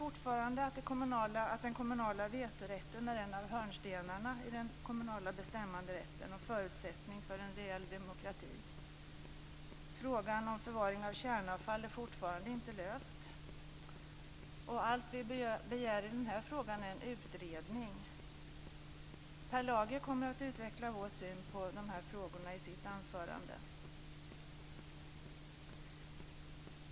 Fortfarande anser vi att den kommunala vetorätten är en av hörnstenarna i den kommunala bestämmanderätten och en förutsättning för reell demokrati. Frågan om förvaring av kärnavfall är fortfarande inte löst. Allt vi begär i det avseendet är en utredning. Per Lager kommer i sitt anförande att utveckla vår syn på de här frågorna.